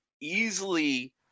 easily